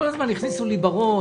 כל הזמן הכניסו לי בראש